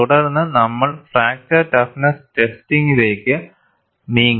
തുടർന്ന് നമ്മൾ fracture toughness ടെസ്റ്റിംഗിലേക്ക് നീങ്ങി